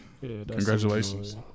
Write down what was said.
Congratulations